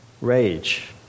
rage